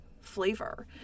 flavor